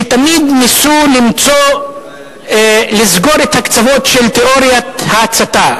שתמיד ניסו לסגור את הקצוות של תיאוריית ההצתה,